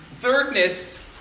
Thirdness